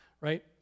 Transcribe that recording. right